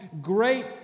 great